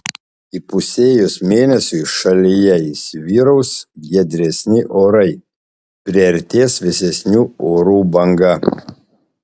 įpusėjus mėnesiui šalyje įsivyraus giedresni orai priartės vėsesnių orų banga